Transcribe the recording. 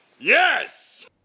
Yes